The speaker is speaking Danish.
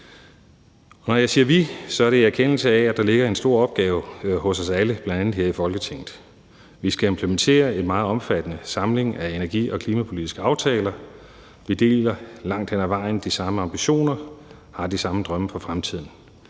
Når jeg siger »vi«, er det i erkendelse af, at der ligger en stor opgave hos os alle, bl.a. her i Folketinget. Vi skal implementere en meget omfattende samling af energi- og klimapolitiske aftaler. Vi deler langt hen ad vejen de samme ambitioner og har de samme drømme for fremtiden.